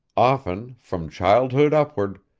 often, from childhood upward,